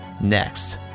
next